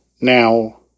Now